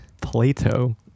Plato